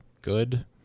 good